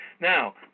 Now